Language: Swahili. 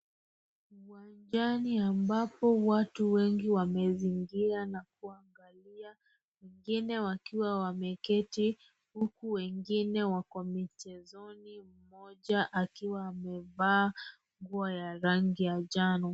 Uwanjani ambapo watu wengi wamezingira na kuangalia, wengine wakiwa wameketi, huku wengine wako michezoni. Mmoja akiwa amevaa nguo ya rangi ya njano.